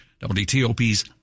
WTOP's